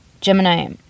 Gemini